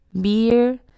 beer